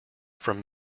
from